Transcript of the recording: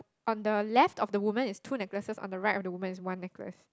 on the left of the woman is two necklaces on the right of the woman is one necklace